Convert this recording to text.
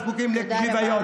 ואנחנו זקוקים לשוויון.